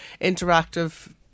interactive